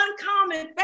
uncommon